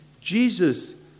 Jesus